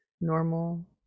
normal